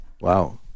Wow